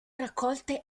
raccolte